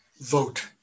Vote